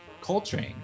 Coltrane